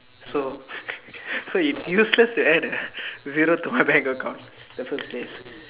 so so it's useless to add a zero to my bank account the first place